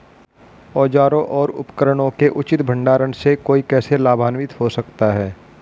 औजारों और उपकरणों के उचित भंडारण से कोई कैसे लाभान्वित हो सकता है?